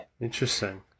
Interesting